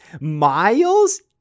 miles